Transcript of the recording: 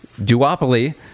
duopoly